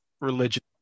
religion